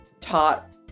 taught